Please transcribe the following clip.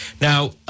Now